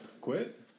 Quit